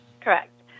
correct